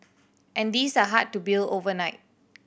and these are hard to build overnight